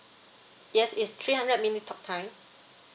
yes is three hundred minute of time